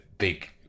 Big